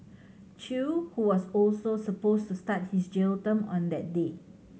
chew who was also supposed to start his jail term on that day